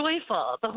joyful